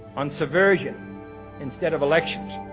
on subversion instead of elections,